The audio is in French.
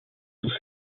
sous